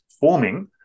forming